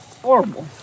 horrible